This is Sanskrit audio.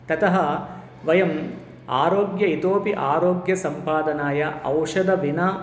ततः वयम् आरोग्यम् इतोऽपि आरोग्यसम्पादनाय औषधं विना